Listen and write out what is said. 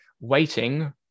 waiting